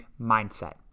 mindset